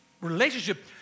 relationship